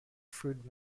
food